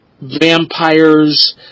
vampires